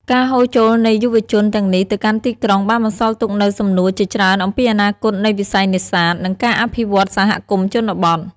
ការហូរចូលនៃយុវជនទាំងនេះទៅកាន់ទីក្រុង បានបន្សល់ទុកនូវសំណួរជាច្រើនអំពីអនាគតនៃវិស័យនេសាទ និងការអភិវឌ្ឍន៍សហគមន៍ជនបទ។